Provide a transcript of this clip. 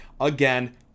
Again